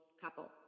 couple